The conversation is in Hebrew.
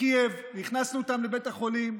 בקייב והכנסנו אותם לבית החולים.